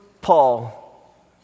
Paul